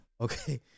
Okay